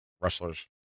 wrestlers